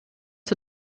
zur